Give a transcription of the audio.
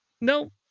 No